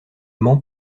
mans